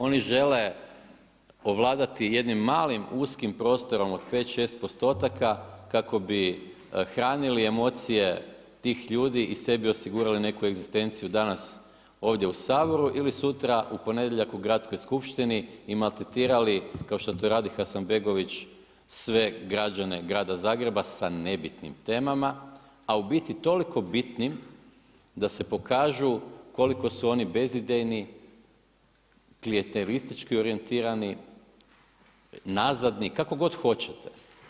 Oni žele ovladati jednim malim, uskim prostorom od pet, šest postotaka kako bi hranili emocije tih ljudi i sebi osigurali neku egzistenciju danas ovdje u Saboru ili sutra u ponedjeljak u Gradskoj skupštini i maltretirali kao što to radi Hasanbegović sve građane grada Zagreba sa nebitnim temama, a u biti toliko bitnim da se pokažu koliko su oni bezidejni, klijentelistički orijentirani, nazadni, kako god hoćete.